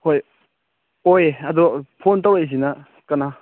ꯍꯣꯏ ꯑꯣꯏꯌꯦ ꯑꯗꯣ ꯐꯣꯟ ꯇꯧꯔꯛꯏꯁꯤꯅ ꯀꯅꯥ